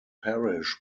parish